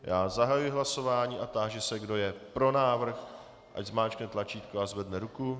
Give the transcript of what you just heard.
Já zahajuji hlasování a táži se, kdo je pro návrh, ať zmáčkne tlačítko a zvedne ruku.